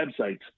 websites